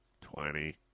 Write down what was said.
Twenty